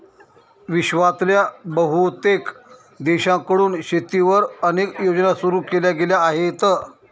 विश्वातल्या बहुतेक देशांकडून शेतीवर अनेक योजना सुरू केल्या गेल्या आहेत